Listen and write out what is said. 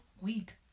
week